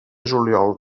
juliol